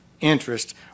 interest